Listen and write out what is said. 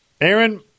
Aaron